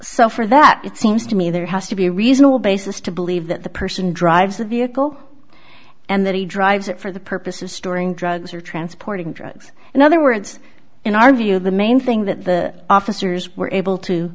so for that it seems to me there has to be a reasonable basis to believe that the person drives the vehicle and that he drives it for the purpose of storing drugs or transporting drugs in other words in our view the main thing that the officers were able to